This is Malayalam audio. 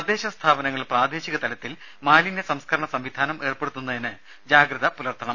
തദ്ദേശസ്ഥാപനങ്ങൾ പ്രാദേശിക തലത്തിൽ മാലിന്യ സംസ്കരണ സംവിധാനം ഏർപ്പെടുത്തുന്നതിന് ജാഗ്രത പുലർത്തണം